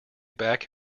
back